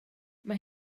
mae